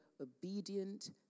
obedient